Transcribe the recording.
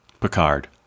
Picard